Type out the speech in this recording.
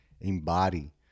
embody